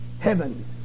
heaven